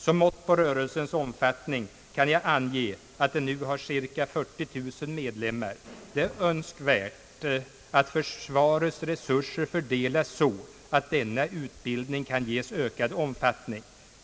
Som mått på rörelsens omfettning kan jag ange att den nu har cirka 40 000 medlemmar. Det är önskvärt att försvarets resurser fördelas så, att denna utbildning kan ges ökad omfattning.